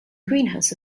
greenhouse